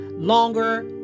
Longer